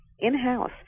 in-house